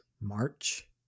March